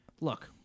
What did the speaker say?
look